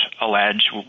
allege